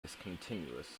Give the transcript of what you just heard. discontinuous